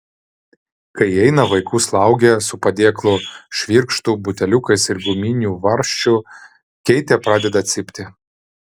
kai įeina vaikų slaugė su padėklu švirkštu buteliukais ir guminiu varžčiu keitė pradeda cypti